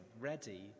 ready